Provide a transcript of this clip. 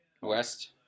West